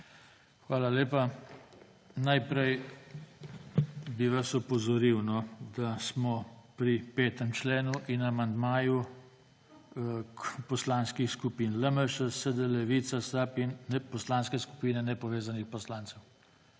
Hvala lepa. Najprej bi vas opozoril, da smo pri 5. členu in amandmaju poslanskih skupin LMŠ, SD, Levica, SAB in Poslanske skupine nepovezanih poslancev.